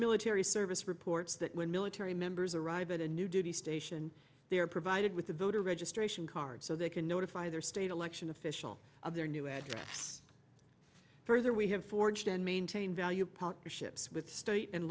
military service reports that when military members arrive at a new duty station they are provided with a voter registration card so they can notify their state election official of their new address further we have forged and maintained valued partnerships with state and